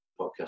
podcast